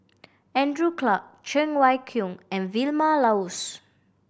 Andrew Clarke Cheng Wai Keung and Vilma Laus